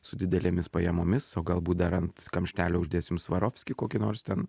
su didelėmis pajamomis o galbūt dar ant kamštelio uždėsim svarovskį kokį nors ten